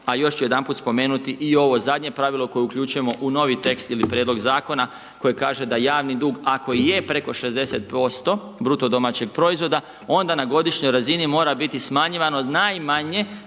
A još ću jedanput spomenuti i ovo zadnje pravilo koje uključujemo u novi tekst ili prijedlog zakona koji kaže da javni dug ako i je preko 60% BDP-a onda na godišnjoj razini mora biti smanjivano najmanje